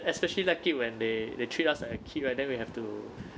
especially like it when they they treat us like a kid right then we have to